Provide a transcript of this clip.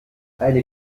eine